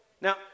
Now